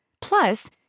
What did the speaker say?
Plus